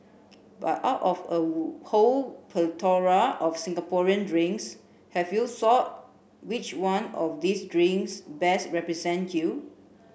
but out of a whole plethora of Singaporean drinks have you thought which one of these drinks best represent you